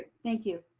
thank you.